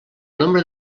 nombre